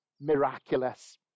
Miraculous